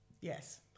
Yes